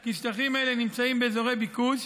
כי שטחים אלה נמצאים באזורי ביקוש,